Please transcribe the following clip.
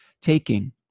taking